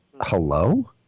Hello